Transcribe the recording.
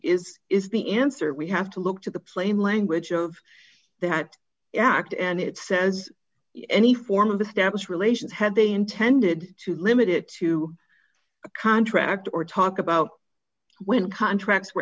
is is the answer we have to look to the plain language of that act and it says any form of the damage relations had they intended to limit it to contract or talk about when contracts were